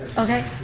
okay,